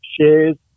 shares